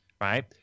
right